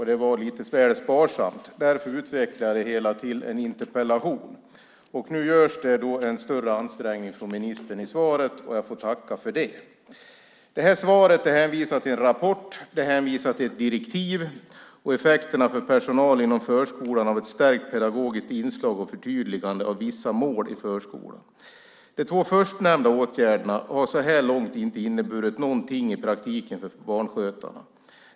Det var alltså lite sparsamt. Därför utvecklade jag det hela till en interpellation. Nu görs det en större ansträngning från ministern i svaret. Jag får tacka för det. I svaret hänvisas till en rapport, till ett direktiv och till effekterna för personal inom förskolan av ett stärkt pedagogiskt inslag och förtydligande av vissa mål i förskolan. De två förstnämnda åtgärderna har så här långt i praktiken inte inneburit någonting för barnskötarna.